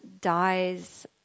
dies